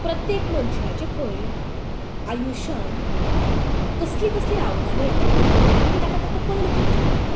प्रत्येक मनशाचे खंय आयुश्यान कसलीं कसलीं आव्हानां येतात आनी ताका ताका तोंड दिवचें पडटा